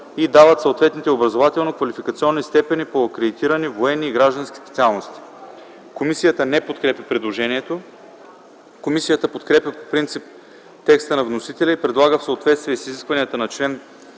и дават съответните образователно-квалификационни степени по акредитирани, военни и граждански специалности. Комисията не подкрепя предложението. Комисията подкрепя текста на вносителя и предлага в съответствие с изискванията на чл.